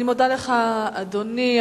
אני מודה לך, אדוני.